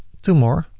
two more,